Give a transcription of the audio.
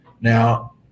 Now